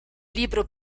libro